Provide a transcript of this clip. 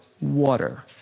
water